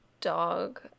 dog